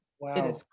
Wow